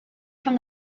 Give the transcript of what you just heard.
from